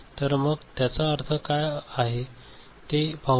तर मग त्याचा अर्थ काय आहे ते पाहू या